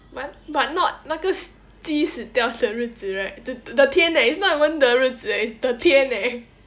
what but not 那个鸡死掉的日子 right the 天 eh it's not even the 日子 eh it's the 天 eh